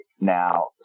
Now